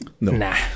Nah